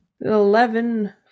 eleven